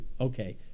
Okay